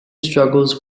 struggles